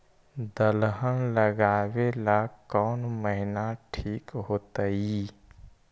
दलहन लगाबेला कौन महिना ठिक होतइ?